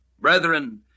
Brethren